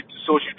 social